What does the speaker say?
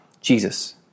Jesus